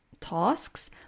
tasks